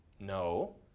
no